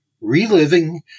Reliving